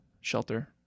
shelter